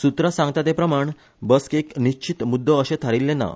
सुत्रा सांगता ते प्रमाण बसकेक निश्चीत मुद्दे अशे थारिल्ले ना